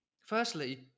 firstly